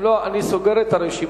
אם לא, אני סוגר את הרשימה.